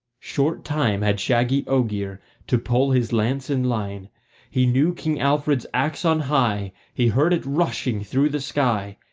short time had shaggy ogier to pull his lance in line he knew king alfred's axe on high, he heard it rushing through the sky,